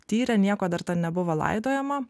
tyrė nieko dar ten nebuvo laidojama